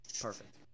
perfect